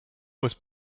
was